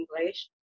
English